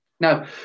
Now